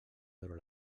veure